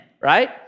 right